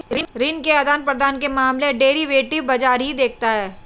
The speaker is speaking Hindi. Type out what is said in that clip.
ऋण के आदान प्रदान के मामले डेरिवेटिव बाजार ही देखता है